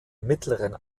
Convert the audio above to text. mittleren